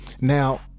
Now